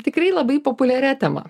tikrai labai populiaria tema